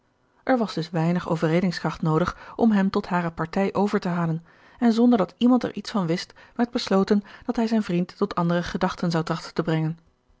er was dus weinig overredingskracht noodig om hem tot hare partij over te halen en zonder dat iemand er iets van wist werd besloten dat hij zijn vriend tot andere gedachten zou trachten te brengen